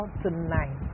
tonight